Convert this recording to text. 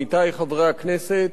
עמיתי חברי הכנסת,